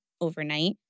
overnight